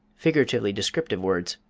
figuratively descriptive words,